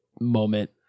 moment